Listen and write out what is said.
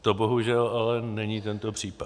To bohužel ale není tento případ.